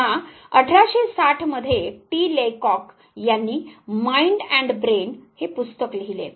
पुन्हा 1860 मध्ये T Laycock यांनी माइंड अँड ब्रेन हे पुस्तक लिहिले